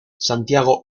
santiago